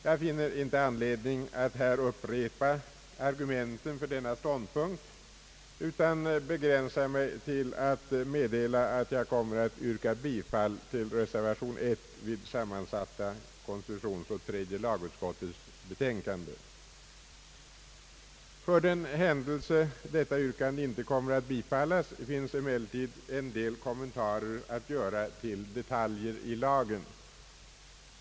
Jag finner inte anledning att här upprepa argumenten för denna ståndpunkt utan begränsar mig till att meddela att jag kommer att yrka bifall till reservationen vid A i sammansatta konstitutionsoch tredje lagutskottets utlåtande. För den händelse detta yrkande icke kommer att bifallas, finns emellertid en del kommentarer att göra till detaljer i lagen.